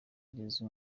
rizwi